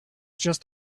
just